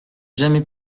jamais